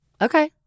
Okay